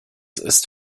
ist